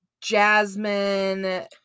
Jasmine